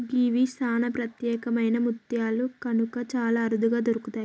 గివి సానా ప్రత్యేకమైన ముత్యాలు కనుక చాలా అరుదుగా దొరుకుతయి